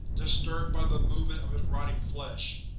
disturbed by the movement of his rotting flesh.